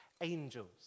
angels